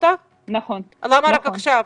למה רק עכשיו?